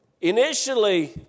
initially